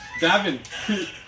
Davin